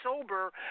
sober